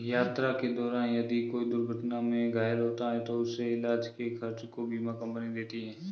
यात्रा के दौरान यदि कोई दुर्घटना में घायल होता है तो उसके इलाज के खर्च को बीमा कम्पनी देती है